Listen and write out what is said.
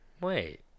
Wait